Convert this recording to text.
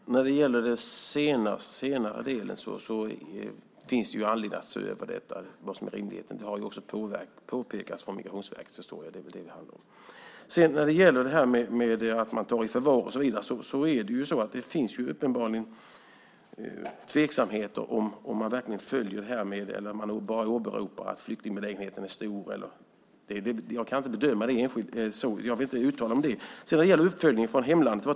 Fru talman! När det gäller det sista som togs upp vill jag säga att det finns anledning att se över vad som är rimligt. Det har också påpekats av Migrationsverket, vad jag förstår. Beträffande att ha människor i förvar och så vidare finns det uppenbarligen tveksamheter om man verkligen följer rekommendationerna eller bara åberopar att flyktingbelägenheten är stor. Jag kan inte bedöma det och vill därför inte uttala mig om det. Om jag uppfattade det rätt fick jag tre frågor.